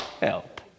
help